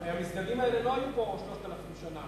הרי המסגדים האלה לא היו פה 3,000 שנה.